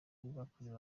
bwakorewe